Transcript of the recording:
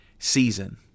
season